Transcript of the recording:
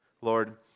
Lord